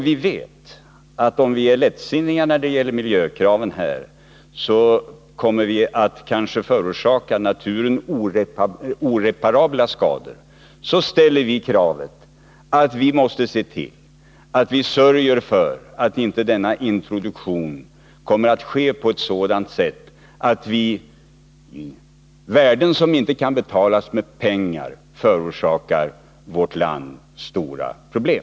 Vi vet att om vi är lättsinniga när det gäller miljökraven riskerar vi att förorsaka naturen oreparabla skador. Därför ställer vi kravet att man skall sörja för att inte denna introduktion sker på ett sådant sätt att vi genom att förstöra värden, som inte kan betalas med pengar, förorsakar vårt land stora problem.